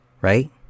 right